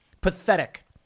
Pathetic